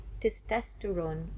testosterone